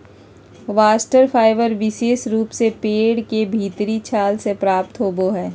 bast fibre विशेष रूप से पेड़ के भीतरी छाल से प्राप्त होवो हय